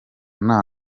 nta